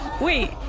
Wait